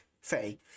Faye